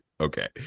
okay